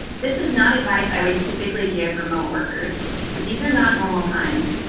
this is not advice i would typically give remote workers, but these are not normal times.